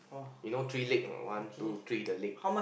you know three leg or not one two three the leg